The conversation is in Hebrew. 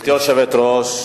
גברתי היושבת-ראש,